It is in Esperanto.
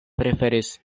preferis